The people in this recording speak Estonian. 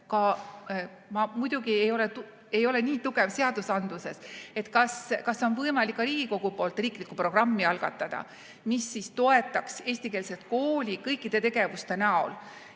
Ma muidugi ei ole nii tugev seadusandluses, et kas on võimalik ka Riigikogu poolt algatada riiklik programm, mis toetaks eestikeelset kooli kõikide tegevuste näol,